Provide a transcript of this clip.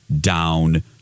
down